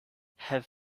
have